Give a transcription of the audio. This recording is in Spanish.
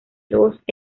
dos